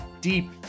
deep